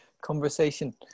conversation